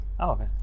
Okay